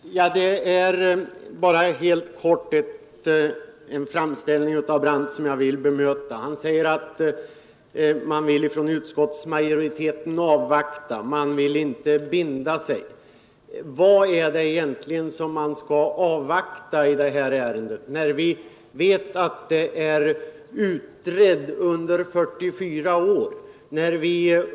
Herr talman! Det är bara ett uttalande av herr Brandt som jag helt kort vill bemöta. Han säger att utskottsmajoriteten vill avvakta och inte binda sig. Vad är det egentligen man skall avvakta i det här ärendet, när vi vet att det har blivit utrett under 44 år?